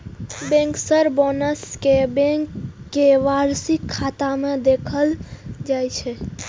bankers bonus कें bank के वार्षिक खाता मे देखाएल जाइ छै